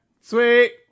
Sweet